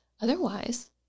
Otherwise